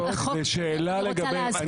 אני רוצה להסביר.